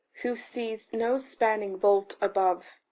who sees no spanning vault above,